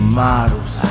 models